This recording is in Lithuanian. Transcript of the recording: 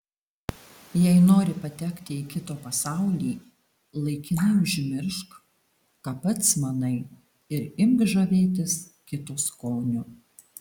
jei nori patekti į kito pasaulį laikinai užmiršk ką pats manai ir imk žavėtis kito skoniu